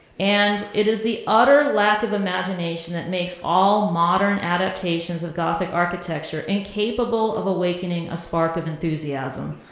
and it is the utter lack of imagination that makes all modern adaptations of gothic architecture incapable of awakening a spark of enthusiasm.